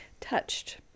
touched